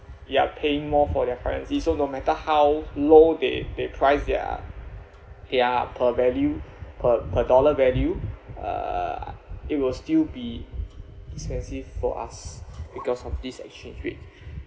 you are paying more for their currency so no matter how low their their price their their per value per per dollar value uh it will still be expensive for us because of this exchange rate